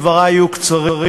דברי יהיו קצרים,